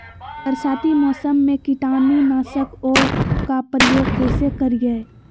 बरसाती मौसम में कीटाणु नाशक ओं का प्रयोग कैसे करिये?